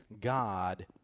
God